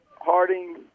Harding